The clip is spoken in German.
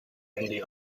handy